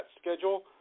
schedule